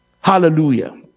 hallelujah